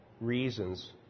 reasons